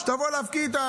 שתבוא להפקיד,